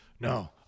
no